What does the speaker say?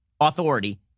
Authority